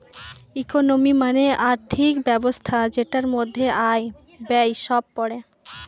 economy মানে আর্থিক ব্যবস্থা যেটার মধ্যে আয়, ব্যয় সব পড়ে